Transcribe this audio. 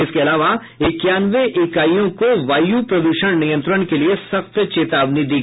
इसके अलावा इक्यानवे इकाईयों को वायू प्रद्षण नियंत्रण के लिये सख्त चेतावनी दी गयी है